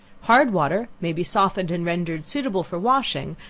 hard water may be softened and rendered suitable for washing,